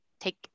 take